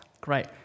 Great